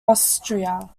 austria